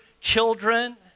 children